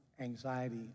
anxiety